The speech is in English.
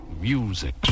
music